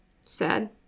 Sad